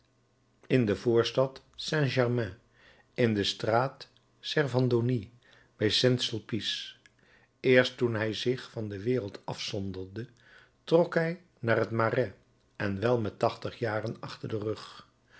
jaar in de voorstad saint-germain in de straat servandoni bij saint sulpice eerst toen hij zich van de wereld afzonderde trok hij naar het marais en wel met tachtig jaren achter den rug